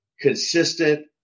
consistent